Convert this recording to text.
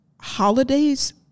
holidays